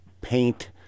paint